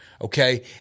Okay